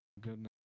Goodness